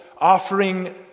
offering